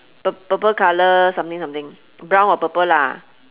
purp~ purple colour something something brown or purple lah